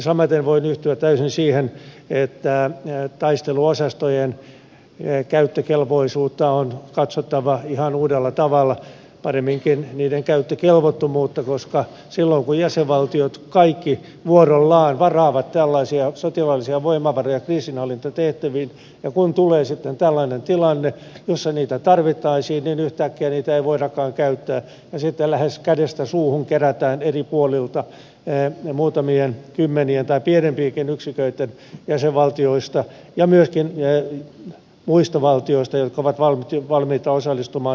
samaten voin yhtyä täysin siihen että taisteluosastojen käyttökelpoisuutta on katsottava ihan uudella tavalla paremminkin niiden käyttökelvottomuutta koska silloin kun jäsenvaltiot kaikki vuorollaan varaavat tällaisia sotilaallisia voimavaroja kriisinhallintatehtäviin ja kun tulee sitten tällainen tilanne jossa niitä tarvittaisiin niin yhtäkkiä niitä ei voidakaan käyttää ja sitten lähes kädestä suuhun kerätään eri puolilta muutamien kymmenien tai pienempiäkin yksiköitä jäsenvaltioista ja myöskin muista valtioista jotka ovat valmiita osallistumaan tähän operaatioon